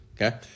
okay